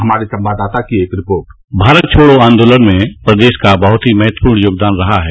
हमारे संवाददाता की एक रिपोर्ट भारत छोड़ों आन्दोलन में उत्तर प्रदेश का बहुत ही महत्वपूर्ण योगदान रहा है